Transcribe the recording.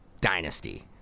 Dynasty